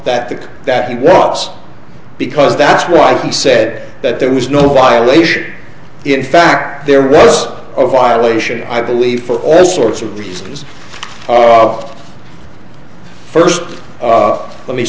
the that he was because that's why he said that there was no violation in fact there was a violation i believe for all sorts of reasons or off first let me